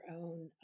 own